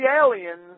aliens